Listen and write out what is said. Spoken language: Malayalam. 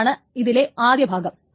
അതാണ് ഇതിലെ ആദ്യ ഭാഗം